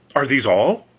are these all?